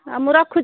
ମୁଁ ରଖୁଛି